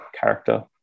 character